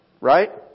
Right